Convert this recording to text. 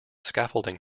scaffolding